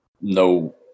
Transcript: No –